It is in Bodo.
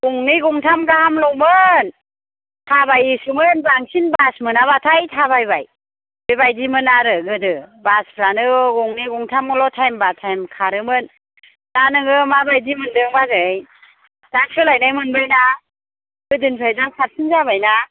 गंनै गंथाम गाहामल'मोन थाबायोसोमोन बांसिन बास मोनाबाथाय थाबायबाय बे बायदिमोन आरो गोदो बासफ्रानो गंनै गंथामल' थाइमबा थाइम खारोमोन दा नोङो मा बायदि मोन्दों बाजै दा सोलायनाय मोनबायना गोदोनिफ्राय दा साबसिन जाबाय ना